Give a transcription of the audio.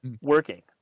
working